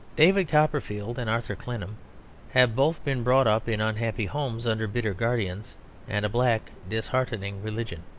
david copperfield and arthur clennam have both been brought up in unhappy homes, under bitter guardians and a black, disheartening religion.